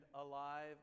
alive